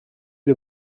les